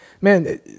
Man